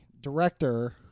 director